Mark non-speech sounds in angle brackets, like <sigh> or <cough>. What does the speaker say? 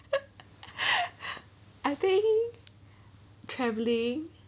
<laughs> I think traveling